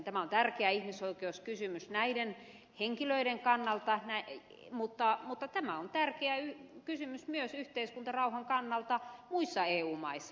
tämä on tärkeä ihmisoikeuskysymys näiden henkilöiden kannalta mutta tämä on tärkeä kysymys myös yhteiskuntarauhan kannalta muissa eu maissa myös suomessa